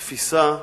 התפיסה,